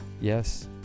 yes